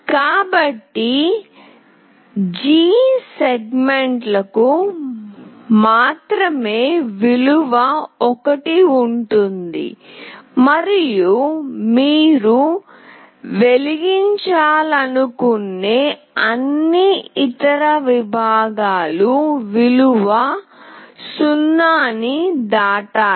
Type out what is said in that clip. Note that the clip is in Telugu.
కాబట్టి జి సెగ్మెంట్లకు మాత్రమే విలువ 1 ఉంటుంది మరియు మీరు వెలిగించాలనుకునే అన్ని ఇతర విభాగాలు విలువ 0 ను దాటాలి